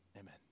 amen